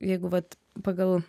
jeigu vat pagal